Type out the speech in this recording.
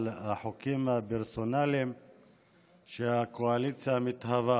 החוקים הפרסונליים שהקואליציה המתהווה